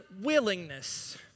willingness